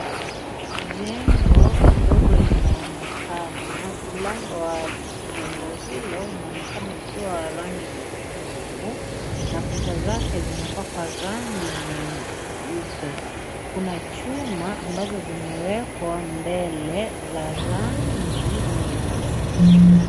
Jengo ndogo linaonekana mlango wa jengo hilo unaonekana ukiwa wa rangi nyekundu na kuta zake zimepakwa rangi nyeupe kuna chuma ambazo zimewekwa mbele za rangi nyeusi.